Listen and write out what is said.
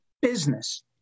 business